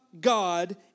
god